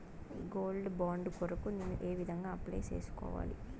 Gold bond కొరకు నేను ఏ విధంగా అప్లై సేసుకోవాలి?